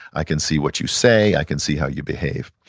i can see what you say, i can see how you behave.